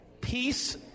peace